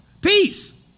Peace